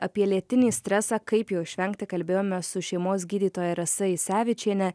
apie lėtinį stresą kaip jo išvengti kalbėjome su šeimos gydytoja rasa isevičiene